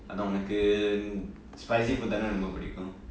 உனக்கு:unakku spicy food தான ரொம்ப பிடிக்கும்:thaana romba pidikkum